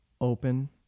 open